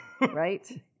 Right